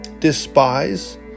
despise